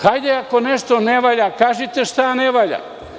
Hajde ako nešto ne valja, kažite šta ne valja.